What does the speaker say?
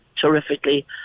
terrifically